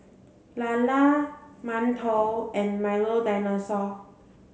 Lala Mantou and Milo Dinosaur